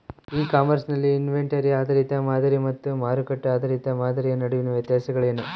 E commerce ನಲ್ಲಿ inventory ಆಧಾರಿತ ಮಾದರಿ ಮತ್ತು ಮಾರುಕಟ್ಟೆ ಆಧಾರಿತ ಮಾದರಿಯ ನಡುವಿನ ವ್ಯತ್ಯಾಸಗಳೇನು?